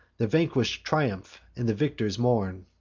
the vanquish'd triumph, and the victors mourn.